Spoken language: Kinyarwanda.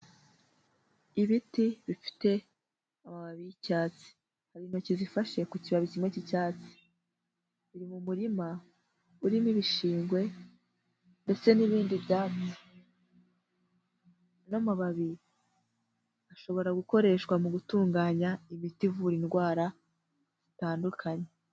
Ibiti bifite amababi y'icyatsi, hari intoki zifashe ku kibabi kimwe cy'icyatsi, biri mu murima urimo ibishingwe, ndetse n'ibindi byatsi. N'amababi ashobora gukoreshwa mu gutunganya imiti ivura indwara zitandukanye.